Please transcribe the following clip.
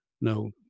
no